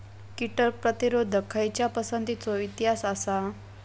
कीटक प्रतिरोधक खयच्या पसंतीचो इतिहास आसा?